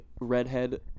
redhead